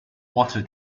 water